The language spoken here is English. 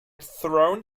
thrown